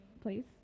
please